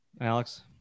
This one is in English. Alex